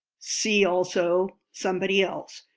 see also somebody else.